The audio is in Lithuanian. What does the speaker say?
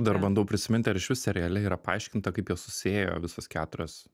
dar bandau prisiminti ar išvis seriale yra paaiškinta kaip jos susiėjo visos keturios